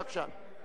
בבקשה.